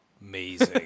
amazing